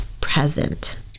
present